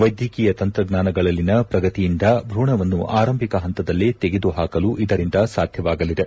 ವೈದ್ಯಕೀಯ ತಂತ್ರಜ್ಞಾನಗಳಲ್ಲಿನ ಪ್ರಗತಿಯಿಂದ ಭೂೂವನ್ನು ಆರಂಭಿಕ ಹಂತದಲ್ಲೇ ತೆಗೆದುಹಾಕಲು ಇದರಿಂದ ಸಾಧ್ಯವಾಗಲಿದೆ